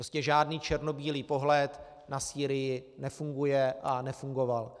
Prostě žádný černobílý pohled na Sýrii nefunguje a nefungoval.